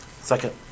Second